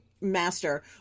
master